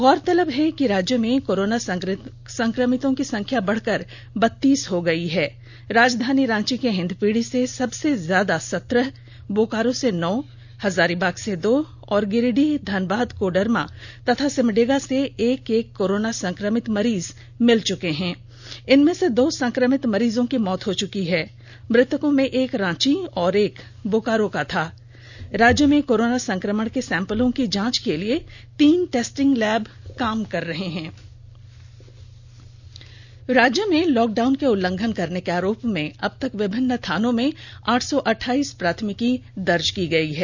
गौरतलब है कि राज्य में कोरोना संक्रमितों की संख्या बढ़कर बत्तीस हो गई है राजधानी रांची के हिंदपीढ़ी से सबसे ज्यादा सत्रह बोकारो से नौ हजारीबाग से दो और गिरिडीह धनबाद कोडरमा और सिमडेगा से एक एक कोरोना संक्रमित मरीज मिल चुके हैं इनमें से दो संक्रमित मरीजों की मौत हो चुकी है मृतकों में एक रांची और एक बोकारो का था रोज्य में कोरोना संकमण के सैंपलों की जांच के लिए तीन टेस्टिंग लैब काम कर रहे हैं राज्य में लॉकडाउन के उल्लंघन करने के आरोप में अबतक विभिन्न थानो में आठ सौ अहाइस प्राथमिकी विभिन्न थानों में दर्ज की गई है